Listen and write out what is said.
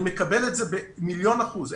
אני מקבל את זה במיליון אחוזים.